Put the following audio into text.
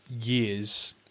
years